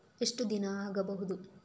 ಎಷ್ಟು ದಿನ ಆಗ್ಬಹುದು?